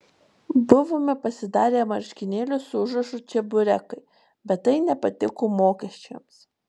buvome pasidarę marškinėlius su užrašu čeburekai bet tai nepatiko mokesčiams